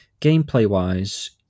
Gameplay-wise